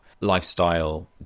lifestyle